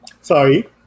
sorry